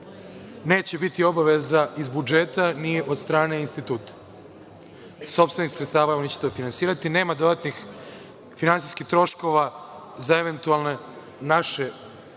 neće biti obaveza iz budžeta ni od strane instituta. Iz sopstvenih sredstava oni će to finansirati, nema dodatnih finansijskih troškova za eventulane naše učesnike,